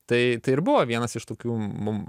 tai tai ir buvo vienas iš tokių mum